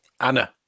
anna